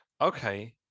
Okay